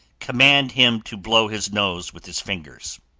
command him to blow his nose with his fingers.